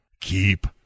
Keep